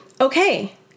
okay